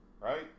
Right